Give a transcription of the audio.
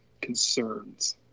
concerns